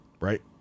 right